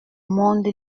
monde